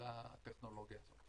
לטכנולוגיה הזאת.